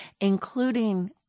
including